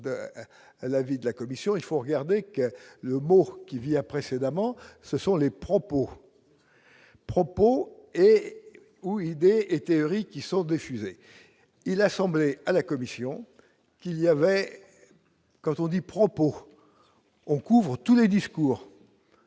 de l'avis de la commission, il faut regarder que le mot qu'il y a précédemment, ce sont les propos propos ou idées et théorique, qui sont des fusées et l'a à la commission qu'il y avait quand on dit propos on couvre tous les discours